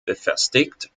befestigt